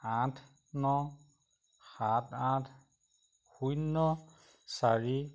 আঠ ন সাত আঠ শূন্য চাৰি